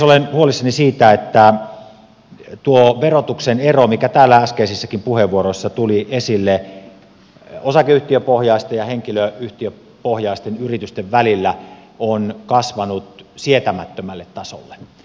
olen myös huolissani siitä että tuo verotuksen ero mikä täällä äskeisissäkin puheenvuoroissa tuli esille osakeyhtiöpohjaisten ja henkilöyhtiöpohjaisten yritysten välillä on kasvanut sietämättömälle tasolle